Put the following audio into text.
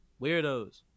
Weirdos